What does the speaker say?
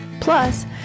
plus